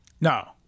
No